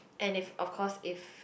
and if of course if